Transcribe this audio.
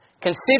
Consider